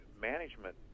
management